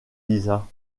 lisa